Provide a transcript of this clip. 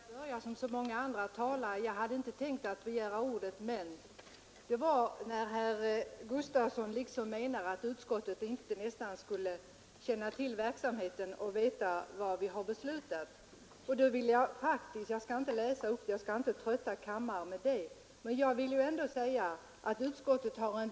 Fru talman! Jag kan börja som så många andra talare med: Jag hade inte tänkt begära ordet, men ... När herr Gustavsson i Ängelholm gör antydningar om att utskottet inte skulle känna till verksamheten i KVS och inte veta vad vi har beslutat måste jag begära ordet. Jag vill då säga att utskottets skrivning är mycket positiv, och jag citerade i mitt anförande också litet av den.